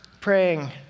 praying